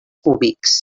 cúbics